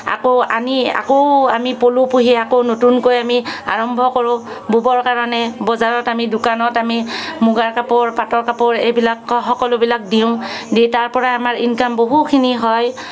আকৌ আনি আকৌ আমি পলু পুহি আকৌ নতুনকৈ আমি আৰম্ভ কৰোঁ ব' বৰ কাৰণে বজাৰত আমি দোকানত আমি মুগাৰ কাপোৰ পাটৰ কাপোৰ এইবিলাক সকলো বিলাক দিওঁ দি তাৰপৰাই আমাৰ ইনকাম বহুখিনি হয়